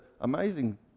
amazing